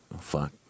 fuck